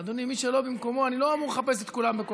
אדוני, מי שלא במקומו, אני לא אמור לחפש את כולם.